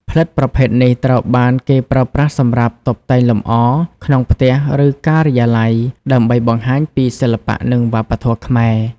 ផ្លិតប្រភេទនេះត្រូវបានគេប្រើប្រាស់សម្រាប់ តុបតែងលម្អ ក្នុងផ្ទះ ឬការិយាល័យ ដើម្បីបង្ហាញពីសិល្បៈនិងវប្បធម៌ខ្មែរ។